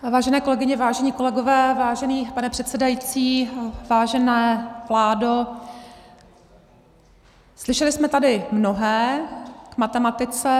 Vážené kolegyně, vážení kolegové, vážený pane předsedající, vážená vládo, slyšeli jsme tady mnohé k matematice.